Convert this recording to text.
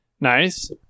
Nice